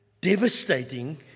devastating